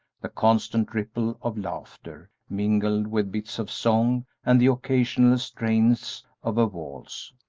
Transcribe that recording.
the constant ripple of laughter, mingled with bits of song, and the occasional strains of a waltz.